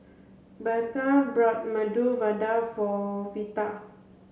Bertha bought Medu Vada for Veta